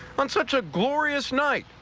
on such a glorious night,